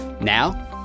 Now